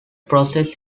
process